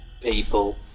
people